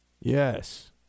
Yes